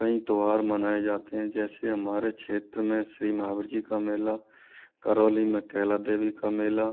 कई त्यौहार मनाए जाते हैं जैसे हमारे क्षेत्र में श्री महावर जी का मेला करौली में केला देवी का मेला